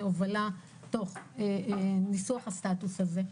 היא הובלה תוך ניסוח הסטטוס הזה.